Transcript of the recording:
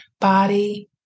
Body